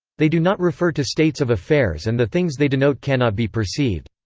they do not refer to states of affairs and the things they denote cannot be perceived.